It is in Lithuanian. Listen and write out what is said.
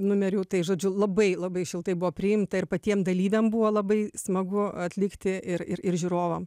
numerių tai žodžiu labai labai šiltai buvo priimta ir patiem dalyviam buvo labai smagu atlikti ir ir ir žiūrovam